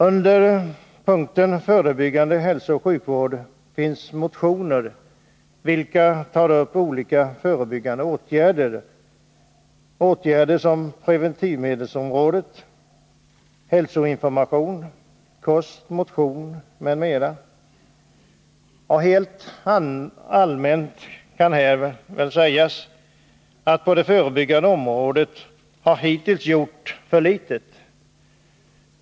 Under punkten Förebyggande hälsooch sjukvård finns motioner vilka tar upp olika förebyggande åtgärder som preventivmedelsrådgivning, hälsoinformation, kost och motion. Helt allmänt kan här sägas att det på det förebyggande området hittills har gjorts för litet.